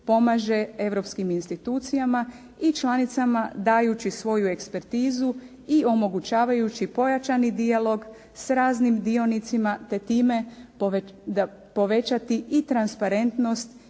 pomaže europskim institucijama i članicama dajući svoju ekspertizu i omogućavajući pojačani dijalog s raznim dionicima, te time povećati i transparentnost